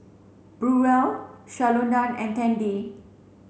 Burrell Shalonda and Tandy